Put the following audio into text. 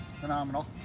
phenomenal